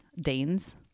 Danes